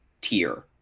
tier